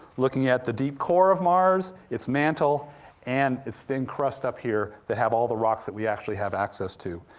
looking at the deep core of mars, its mantle and its thin crust up here that have all the rocks that we actually have access to.